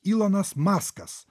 ilonas maskas